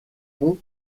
ponts